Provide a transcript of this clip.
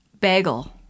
bagel